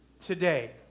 today